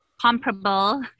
comparable